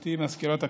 גברתי מזכירת הכנסת,